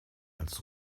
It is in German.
als